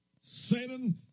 Satan